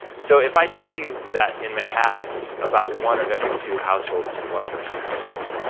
so if i tell you that in manhattan about one of every two households is a one person households,